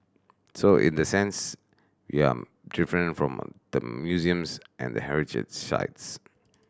so in the sense we are different from the museums and the heritage sites